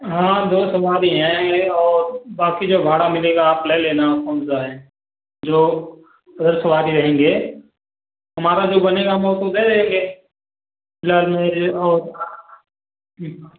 हाँ दो सवारी हैं और बाकी जो भाड़ा मिलेगा आप ले लेना कौन सा है जो रुकवाके लेंगे हमारा जो बनेगा वो तो दे देंगे फिलहाल जो है और फिर